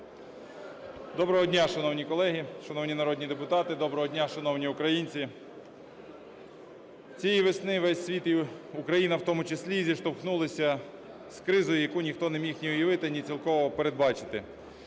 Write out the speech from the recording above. Доброго дня, шановні колеги, шановні народні депутати! Доброго дня, шановні українці! Цієї весни весь світ, і Україна в тому числі, зіштовхнулися з кризою, яку ніхто не міг ні уявити, ні цілковито передбачити.